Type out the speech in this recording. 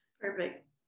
Perfect